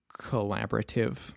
collaborative